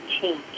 change